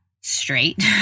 straight